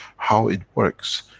how it works,